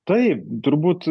taip turbūt